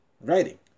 writing